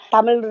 Tamil